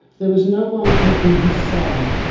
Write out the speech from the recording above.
there was no one taking his side.